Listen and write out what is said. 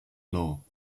law